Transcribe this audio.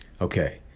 Okay